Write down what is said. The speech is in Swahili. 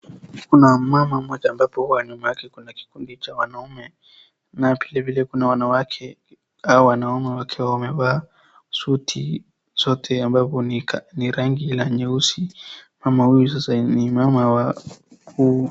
Kuna mmama mmoja ambapo huwa nyuma yake kuna kikundi cha wanaume na vilevile kuna wanawake. Hao wanaume wakiwa wamevaa suti zote ambapo ni ka, ni rangi la nyeusi, kama huyu ni mama waku..